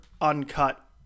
uncut